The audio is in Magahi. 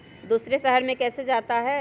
दूसरे शहर मे कैसे जाता?